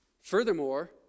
Furthermore